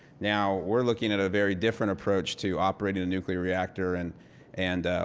now, we're looking at a very different approach to operating and nuclear reactor and and